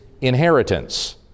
inheritance